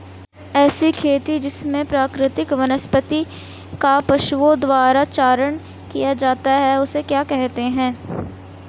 ऐसी खेती जिसमें प्राकृतिक वनस्पति का पशुओं द्वारा चारण किया जाता है उसे क्या कहते हैं?